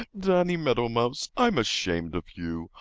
danny meadow mouse, i'm ashamed of you!